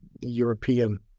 European